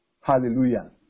Hallelujah